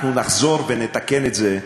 אנחנו נחזור ונתקן את זה,